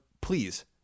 please